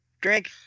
Drink